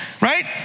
right